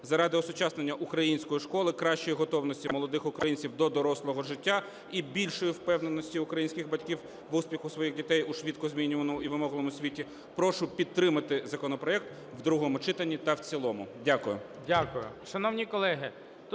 Заради осучаснення української школи, кращої готовності молодих українців до дорослого життя і більшої впевненості українських батьків в успіху своїх дітей у швидкозмінюваному і вимогливому світі прошу підтримати законопроект в другому читанні та в цілому. Дякую.